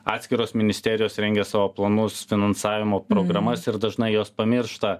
atskiros ministerijos rengia savo planus finansavimo programas ir dažnai jos pamiršta